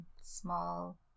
Small